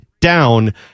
down